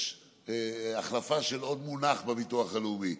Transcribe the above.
יש החלפה של עוד מונח בביטוח הלאומי.